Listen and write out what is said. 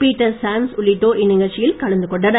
Peter Sands உளிட்டோர் இந்நிகழ்ச்சியில் கலந்துகொண்டனர்